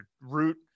root